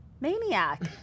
Maniac